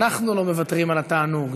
אנחנו לא מוותרים על התענוג,